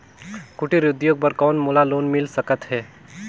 कुटीर उद्योग बर कौन मोला लोन मिल सकत हे?